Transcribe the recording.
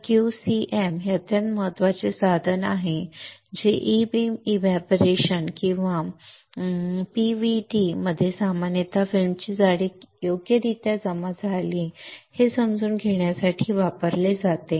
तर Q cm हे अत्यंत महत्त्वाचे साधन आहे जे ई बीम एव्हपोरेशन किंवा PVD मध्ये सामान्यतः फिल्मची किती जाडी योग्यरित्या जमा झाली आहे हे समजून घेण्यासाठी वापरले जाते